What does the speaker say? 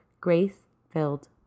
grace-filled